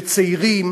שצעירים